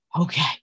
okay